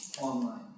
online